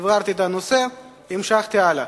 הבהרתי את הנושא והמשכתי הלאה.